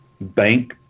bank